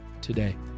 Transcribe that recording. today